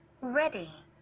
ready